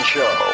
Show